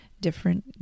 different